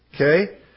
Okay